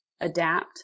adapt